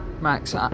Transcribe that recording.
Max